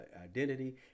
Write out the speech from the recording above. identity